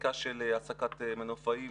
חקיקה של העסקת מנופאים